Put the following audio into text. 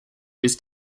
his